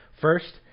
First